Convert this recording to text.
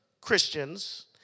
Christians